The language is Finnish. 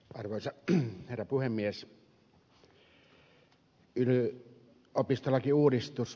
arvoisa herra puhemies